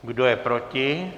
Kdo je proti?